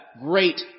great